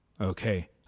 okay